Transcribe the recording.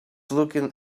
looking